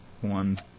one